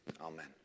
amen